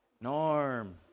Norm